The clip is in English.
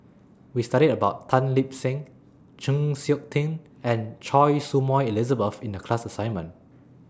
We studied about Tan Lip Seng Chng Seok Tin and Choy Su Moi Elizabeth in The class assignment